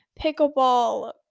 pickleball